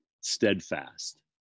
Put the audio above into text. steadfast